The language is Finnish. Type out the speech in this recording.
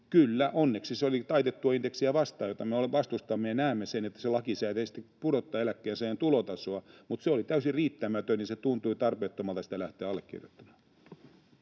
Kyllä, onneksi se oli taitettua indeksiä vastaan, jota me vastustamme ja josta näemme, että se lakisääteisesti pudottaa eläkkeensaajien tulotasoa, mutta se oli täysin riittämätön, ja tuntui tarpeettomalta sitä lähteä allekirjoittamaan.